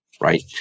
Right